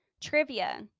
trivia